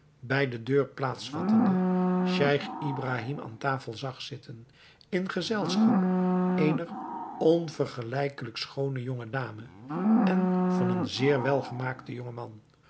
bij de deur plaats vattende scheich ibrahim aan tafel zag zitten in gezelschap eener onvergelijklijk schoone jonge dame en van een zeer welgemaakten jongen man